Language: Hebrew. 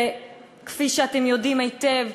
וכפי שאתם יודעים היטב,